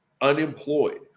unemployed